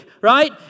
right